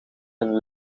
een